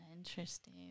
Interesting